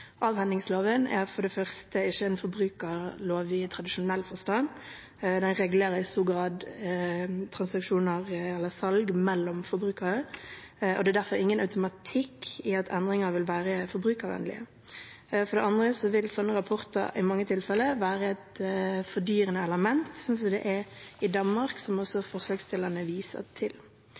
Avhendingsloven er for det første ikke en forbrukerlov i tradisjonell forstand. Den regulerer i stor grad transaksjoner eller salg mellom forbrukere. Det er derfor ingen automatikk i at endringer vil være forbrukervennlige. For det andre vil sånne rapporter i mange tilfeller være et fordyrende element, slik som det er i Danmark, som også forslagsstillerne viser til.